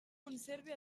conserve